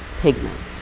pigments